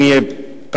אם יהיה פעם.